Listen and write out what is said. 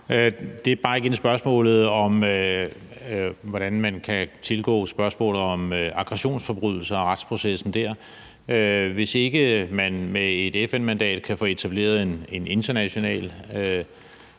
Det er bare igen spørgsmålet om, hvordan man kan tilgå spørgsmålet om aggressionsforbrydelser og retsprocessen. Hvis ikke man med et FN-mandat kan få etableret en international